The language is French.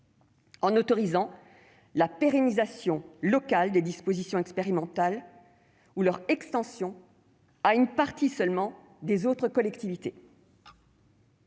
en autorisant la pérennisation locale des dispositions expérimentales, ou leur extension à une partie seulement des autres collectivités.